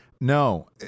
No